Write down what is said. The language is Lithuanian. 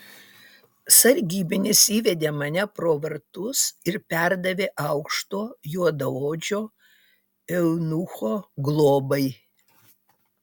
sargybinis įvedė mane pro vartus ir perdavė aukšto juodaodžio eunucho globai